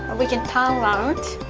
we can turn around